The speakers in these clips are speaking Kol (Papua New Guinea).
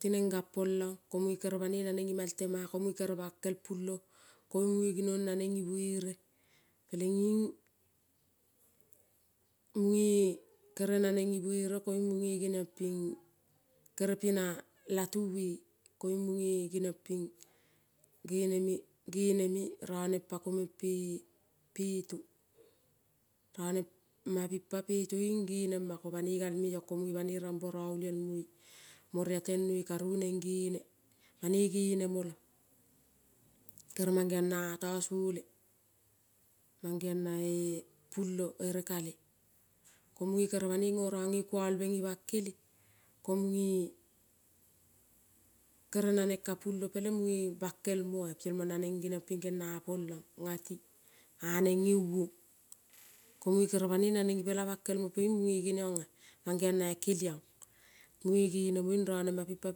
Tinen ganpolon komune kere banoi nanen ima el tema komune kere gulun ka pulo koin mune kere ginon nanen i buere, pelenin mune kere nanen ibuere kere pina latu we mune genion pin geneme rone pako tinen peto ronema, men pin pa peto ronema me pin pa pe to ko banoi gal meion komune ramboro olialmoi mo. Riaten noi karu nen gene banoi genemo lo kere mangeon na a to sole, mangeon na pulo ere kale ko mune kere banoi noron ne kuolbe ni ban kele ko mune nanen kapulo pelen mune bankel, mo nanen genia polon nati anen neuon ko mune, kere banoi nanen i pelane bankel ko mune genion mangeo na kelion mangeon, na kelion mune genenio rone ma pin peto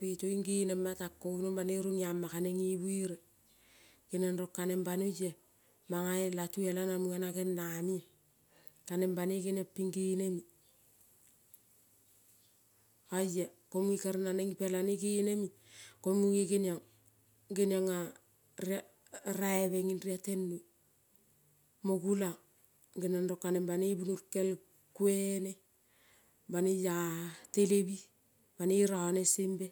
peleninin genematan ginon banoi roniama kanen ne buere genion, rong kanen banoi mana latu ela na munela geniame. Oia ko mune kere nanen ipelane geneme ko mune, genion a raibe nin rioten noi mo gulan kanen banoi bunol kel kuene banoi-a telebi-e rone sembe.